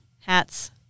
hats